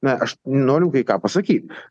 na aš noriu kai ką pasakyt